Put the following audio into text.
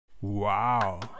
Wow